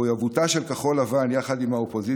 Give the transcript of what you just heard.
מחויבותה של כחול לבן, יחד עם האופוזיציה,